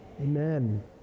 Amen